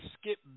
Skip